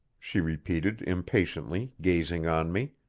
she repeated impatiently, gazing on me.